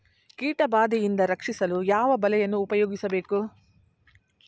ಕೀಟಬಾದೆಯಿಂದ ರಕ್ಷಿಸಲು ಯಾವ ಬಲೆಯನ್ನು ಉಪಯೋಗಿಸಬೇಕು?